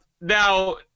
Now